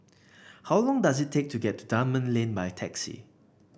how long does it take to get to Dunman Lane by taxi